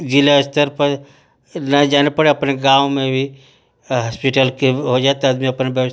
ज़िला स्तर पर न जाना पड़े अपने गाँव में भी हास्पिटल के हो जाए तो आदमी अपना व्यवस्था